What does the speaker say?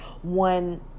One